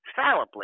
fallibly